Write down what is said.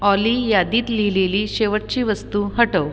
ऑली यादीत लिहिलेली शेवटची वस्तू हटव